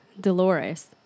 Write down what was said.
Dolores